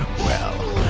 well,